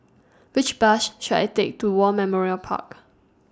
Which Bus should I Take to War Memorial Park